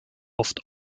oft